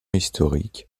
historiques